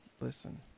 listen